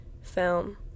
film